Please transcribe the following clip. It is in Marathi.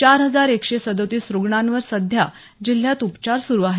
चार हजार एकशे सदोतीस रुणांवर सध्या जिल्ह्यात उपचार सुरु आहेत